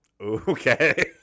okay